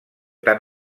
tant